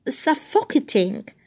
suffocating